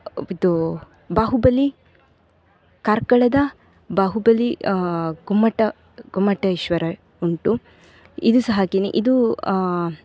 ಇದು ಬಾಹುಬಲಿ ಕಾರ್ಕಳದ ಬಾಹುಬಲಿ ಗೊಮ್ಮಟ ಗೊಮ್ಮಟೇಶ್ವರ ಉಂಟು ಇದು ಸಹ ಹಾಗೆಯೇ ಇದು